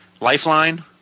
Lifeline